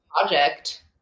project